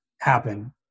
happen